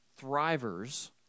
thrivers